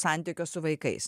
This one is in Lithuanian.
santykio su vaikais